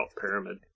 Pyramid